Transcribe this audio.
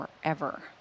forever